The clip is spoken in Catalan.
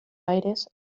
aires